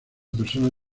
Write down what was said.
persona